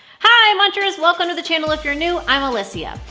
hi munchers! welcome to the channel if you're new, i'm alyssia.